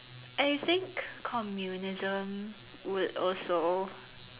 I think communism would also